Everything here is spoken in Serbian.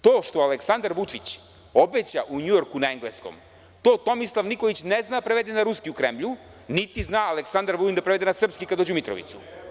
To što Aleksandar Vučić obeća u Njujorku na engleskom, to Tomislav Nikolić ne zna da prevede na Ruski u Kremlju, niti zna Aleksandar Vulin da prevede na srpski, kada dođe u Mitrovicu.